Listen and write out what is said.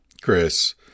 Chris